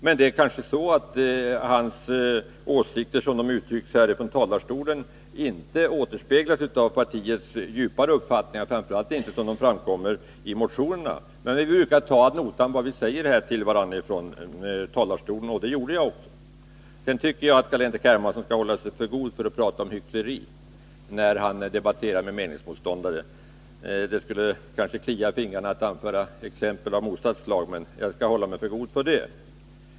Men det är kanske så att Carl-Henrik Hermanssons åsikter, som han uttryckte dem från talarstolen, inte återspeglas i motionen? Vi brukar ta ad notam vad som sägs i talarstolen, och det gjorde jag också i detta fall. Jag tycker Carl-Henrik Hermansson skall hålla sig för god för att prata om hyckleri när han debatterar med meningsmotståndare. Det kliar i fingrarna att anföra exempel av motsatt slag, men jag skall hålla mig för god för det.